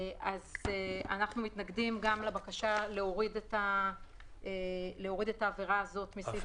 אנחנו מתנגדים לבקשה להוריד את העבירה הזאת מסעיף 36. היא